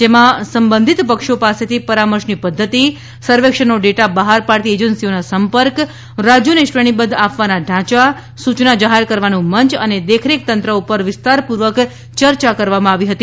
જેમાં સંબંધિત પક્ષો પાસેથી પરામર્શની પધ્ધતિ સર્વેક્ષણનો ડેટા બહાર પાડતી એજન્સીઓના સંપર્ક રાજયોને શ્રેણીબધ્ધ આપવાના ઢાંચા સુચના જાહેર કરવાનું મંચ અને દેખરેખ તંત્ર પર વિસ્તારપુર્વક યર્યા કરવામાં આવી હતી